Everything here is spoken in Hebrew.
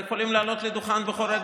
הם יכולים לעלות לדוכן בכל רגע